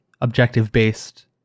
objective-based